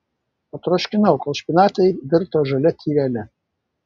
patroškinau kol špinatai virto žalia tyrele